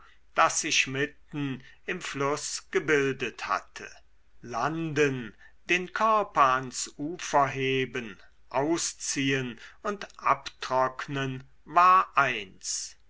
das sich mitten im fluß gebildet hatte landen den körper ans ufer heben ausziehen und abtrocknen war eins